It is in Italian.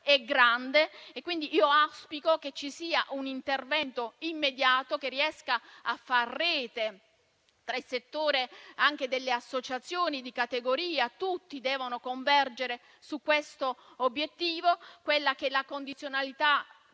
grande. Auspico che ci sia un intervento immediato che riesca a far rete tra le associazioni di categoria. Tutti devono convergere su questo obiettivo, che è la condizionalità